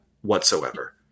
whatsoever